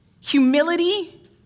humility